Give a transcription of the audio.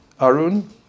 Arun